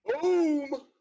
Boom